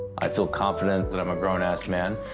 i feel confident that i'm a grown ass man.